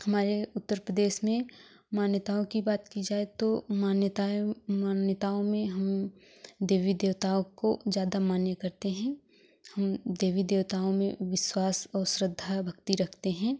हमारे उत्तर प्रदेश में मान्यताओं की बात की जाए तो मान्यताएं मान्यताओं में हम देवी देवताओं को ज्यादा मान्य करते हें देवी देवताओ में विश्वास और श्रद्धा भक्ति रखते हैं